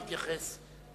להתייחס.